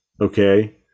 Okay